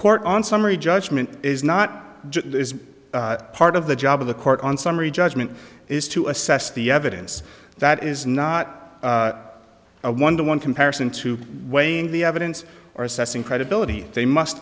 court on summary judgment is not part of the job of the court on summary judgment is to assess the evidence that is not a one to one comparison to weighing the evidence or assessing credibility they must